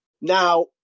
Now